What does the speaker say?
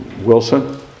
Wilson